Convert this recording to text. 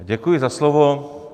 Děkuji za slovo.